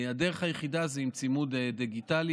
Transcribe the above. הדרך היחידה היא עם צימוד דיגיטלי.